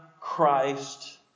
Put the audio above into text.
Christ